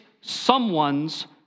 someone's